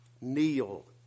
kneel